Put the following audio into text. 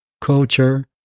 culture